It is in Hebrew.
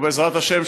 ובעזרת השם,